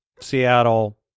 Seattle